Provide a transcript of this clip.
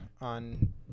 on